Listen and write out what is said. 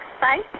Bye